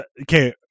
okay